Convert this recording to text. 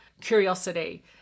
curiosity